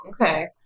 okay